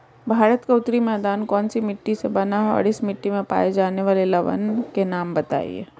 भारत का उत्तरी मैदान कौनसी मिट्टी से बना है और इस मिट्टी में पाए जाने वाले लवण के नाम बताइए?